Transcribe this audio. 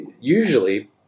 usually